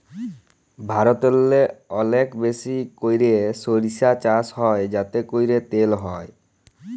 ভারতেল্লে অলেক বেশি ক্যইরে সইরসা চাষ হ্যয় যাতে ক্যইরে তেল হ্যয়